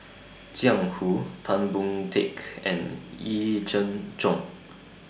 Jiang Hu Tan Boon Teik and Yee Jenn Jong